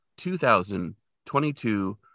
2022